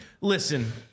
listen